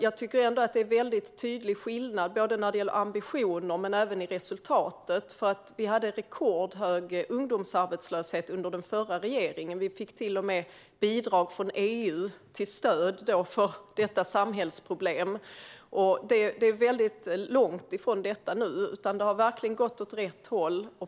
Jag tycker ändå att det är en tydlig skillnad, både i ambitioner och i resultatet, för vi hade en rekordhög ungdomsarbetslöshet under den förra regeringen. Vi fick till och med bidrag från EU för att komma till rätta med detta samhällsproblem. Det är väldigt långt ifrån detta nu, så det har verkligen gått åt rätt håll.